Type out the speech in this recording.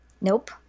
Nope